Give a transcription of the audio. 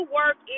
work